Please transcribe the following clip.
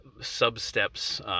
sub-steps